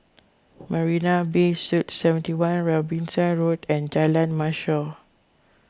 Marina Bay Suites seventy one Robinson Road and Jalan Mashhor